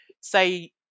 say